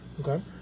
Okay